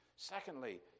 Secondly